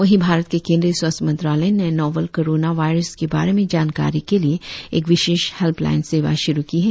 वहीं भारत के केंद्रीय स्वास्थ्य मंत्रालय ने नोवेल कोरोना वायरस के बारे में जानकारी के लिए एक विशेष हैल्पलाइन सेवा शुरु की है